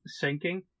Sinking